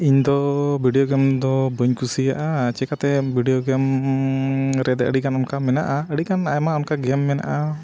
ᱤᱧ ᱫᱚ video game ᱫᱚ ᱵᱟᱹᱧ ᱠᱩᱥᱤᱭᱟᱜᱼᱟ ᱪᱮᱠᱟᱛᱮ ᱵᱷᱤᱰᱤᱭᱳ ᱜᱮᱢ ᱨᱮᱫᱚ ᱟᱹᱰᱤ ᱜᱟᱱ ᱚᱱᱠᱟ ᱢᱮᱱᱟᱜᱼᱟ ᱟᱹᱰᱤ ᱜᱟᱱ ᱟᱭᱢᱟ ᱚᱱᱠᱟ ᱜᱮᱢ ᱢᱮᱱᱟᱜᱼᱟ